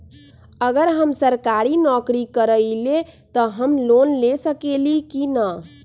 अगर हम सरकारी नौकरी करईले त हम लोन ले सकेली की न?